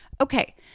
Okay